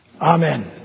Amen